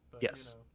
Yes